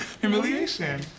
Humiliation